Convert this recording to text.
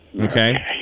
okay